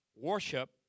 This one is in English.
worship